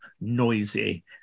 noisy